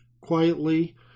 quietly